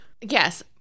Yes